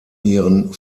ihren